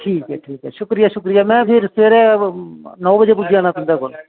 ठीक ऐ ठीक ऐ शुक्रिया शुक्रियामें फिर सबेरै नौ बजे पुज्जी जाना तुंदे कोल